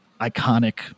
iconic